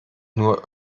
nur